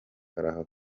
karahava